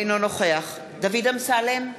אינו נוכח דוד אמסלם,